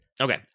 Okay